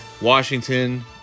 Washington